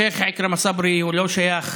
השייח' עכרמה סברי לא שייך